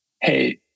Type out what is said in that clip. hey